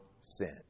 sin